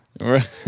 Right